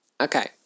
Okay